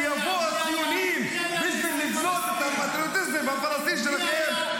שיבואו הציונים בשביל לבנות את הפטריוטיזם הפלסטיני שלכם?